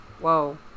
whoa